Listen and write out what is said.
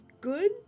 good